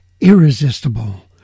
irresistible